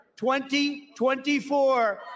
2024